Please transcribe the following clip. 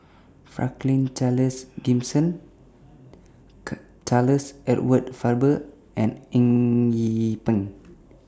Franklin Charles Gimson Charles Edward Faber and Eng Yee Peng